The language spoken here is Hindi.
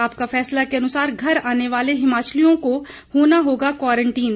आपका फैसला के अनुसार घर आने वाले हिमाचलियों को होना होगा क्वारंटीन